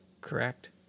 correct